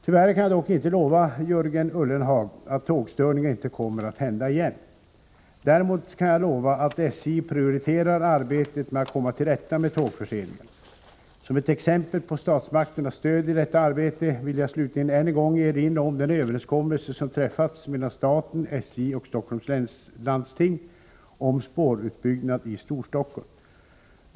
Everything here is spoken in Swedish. Tyvärr kan jag dock inte lova Jörgen Ullenhag att tågstörningar inte kommer att hända igen. Däremot kan jag lova att SJ prioriterar arbetet med att komma till rätta med tågförseningarna. Som ett exempel på statsmakternas stöd i detta arbete vill jag slutligen än en gång erinra om den överenskommelse som träffats mellan staten, SJ och Stockholms läns landsting om spårutbyggnad i Storstockholm.